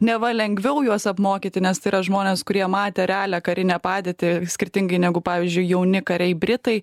neva lengviau juos apmokyti nes tai yra žmonės kurie matė realią karinę padėtį skirtingai negu pavyzdžiui jauni kariai britai